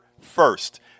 first